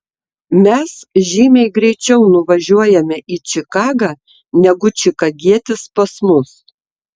mes žymiai greičiau nuvažiuojame į čikagą negu čikagietis pas mus